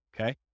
Okay